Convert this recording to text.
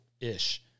ish